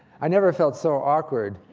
i never felt so awkward.